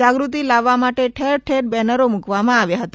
જાગૃતિ લાવવા માટે ઠેરઠેર બેનરો મૂકવામાં આવ્યા હતા